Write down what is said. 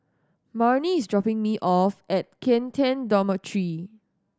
Marni is dropping me off at Kian Teck Dormitory